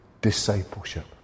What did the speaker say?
discipleship